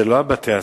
זה לא על בתי-הספר.